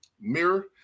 Mirror